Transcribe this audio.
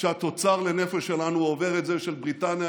כשהתוצר לנפש שלנו עובר את זה של בריטניה,